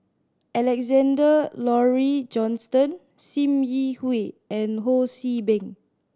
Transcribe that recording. Alexander Laurie Johnston Sim Yi Hui and Ho See Beng